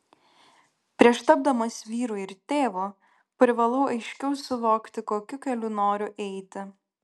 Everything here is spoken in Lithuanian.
prieš tapdamas vyru ir tėvu privalau aiškiau suvokti kokiu keliu noriu eiti